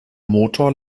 motor